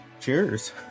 Cheers